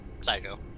Psycho